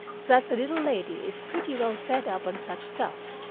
that the little lady is pretty well fed up on such stuff.